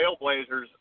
trailblazers